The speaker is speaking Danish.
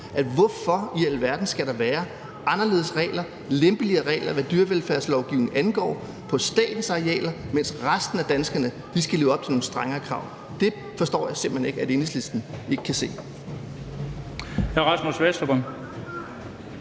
for hvorfor i alverden skal der være anderledes regler, lempeligere regler, hvad dyrevelfærdslovgivning angår, på statens arealer, mens resten af danskerne skal leve op til nogle strengere krav? Det forstår jeg simpelt hen ikke Enhedslisten ikke kan se.